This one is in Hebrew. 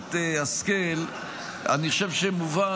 הכנסת השכל, אני חושב שמובן